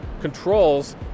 controls